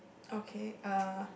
okay uh